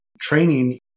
training